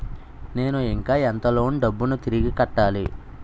నేను ఇంకా ఎంత లోన్ డబ్బును తిరిగి కట్టాలి?